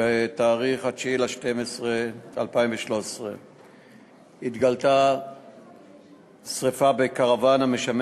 בתאריך 9 בדצמבר 2013 התגלתה שרפה בקרוון המשמש